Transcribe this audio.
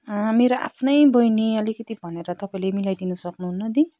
मेरो आफ्नै बैनी अलिकति भनेर तपाईँले मिलाइदिन सक्नुहुन्न दी